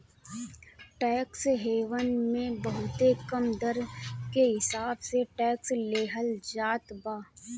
tax haven मे बहुते कम दर के हिसाब से टैक्स लेहल जात बा